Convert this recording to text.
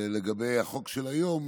לגבי החוק של היום,